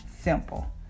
simple